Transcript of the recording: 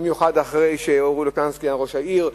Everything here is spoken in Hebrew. במיוחד אחרי שאורי לופוליאנסקי היה ראש העיר,